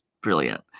brilliant